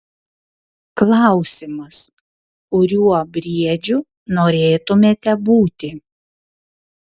klausimas kuriuo briedžiu norėtumėte būti